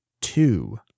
two